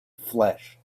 flesh